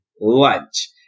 lunch